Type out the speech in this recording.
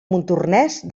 montornès